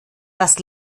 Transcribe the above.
dass